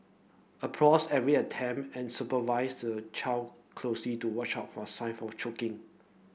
applause every attempt and supervise the child closely to watch out for sign for choking